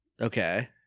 Okay